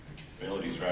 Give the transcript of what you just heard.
capabilities